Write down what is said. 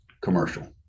commercial